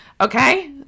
Okay